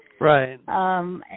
Right